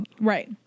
Right